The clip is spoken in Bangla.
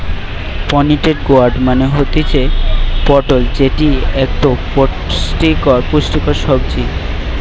পোনিটেড গোয়ার্ড মানে হতিছে পটল যেটি একটো পুষ্টিকর সবজি